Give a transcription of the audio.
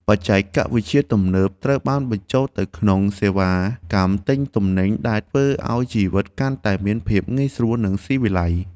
បច្ចេកវិទ្យាទំនើបត្រូវបានបញ្ចូលទៅក្នុងសេវាកម្មទិញទំនិញដែលធ្វើឱ្យជីវិតកាន់តែមានភាពងាយស្រួលនិងស៊ីវិល័យ។